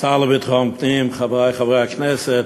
השר לביטחון פנים, חברי חברי הכנסת,